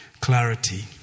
clarity